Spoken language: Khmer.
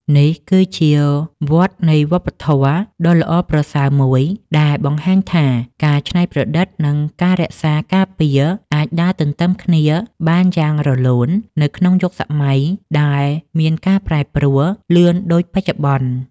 នេះគឺជាវដ្តនៃវប្បធម៌ដ៏ល្អប្រសើរមួយ ដែលបង្ហាញថាការច្នៃប្រឌិត និងការរក្សាការពារ អាចដើរទន្ទឹមគ្នាបានយ៉ាងរលូននៅក្នុងយុគសម័យដែលមានការប្រែប្រួលលឿនដូចបច្ចុប្បន្ន។